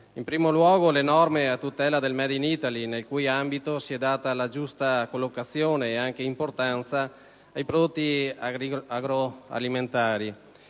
In primo luogo, le norme a tutela del *made in Italy*, nel cui ambito si è data la giusta collocazione ed importanza ai prodotti agroalimentari